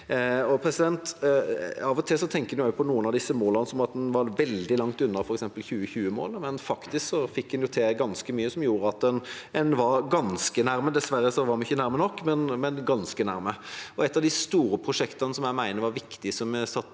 gjøre det. Av og til tenker en på noen av disse målene som at en var veldig langt unna, f.eks. 2020-målet, men faktisk fikk en til ganske mye som gjorde at en var ganske nær. Dessverre var vi ikke nær nok, men ganske nær. Et av de store prosjektene som jeg mener var viktig, som vi satte